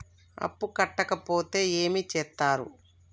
అప్పు కట్టకపోతే ఏమి చేత్తరు?